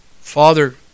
Father